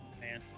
man